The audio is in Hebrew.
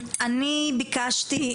אני ביקשתי,